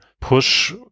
push